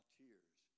tears